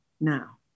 now